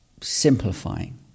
simplifying